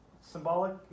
symbolic